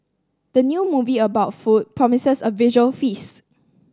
the new movie about food promises a visual feast